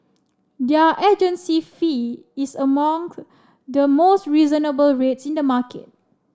their agency fee is among the most reasonable rates in the market